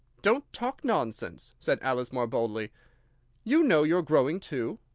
don't talk nonsense, said alice more boldly you know you're growing too.